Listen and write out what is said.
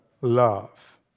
love